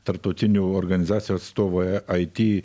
tarptautinių organizacijų atstovai it